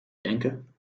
denken